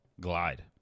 glide